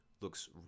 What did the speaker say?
looks